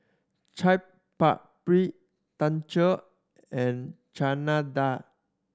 Chaat Papri Tacos and Chana Dal